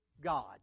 God